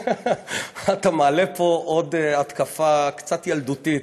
אתה מעלה פה עוד התקפה קצת ילדותית,